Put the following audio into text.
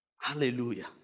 Hallelujah